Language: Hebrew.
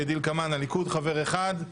כך: לליכוד חבר אחד,